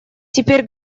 теперь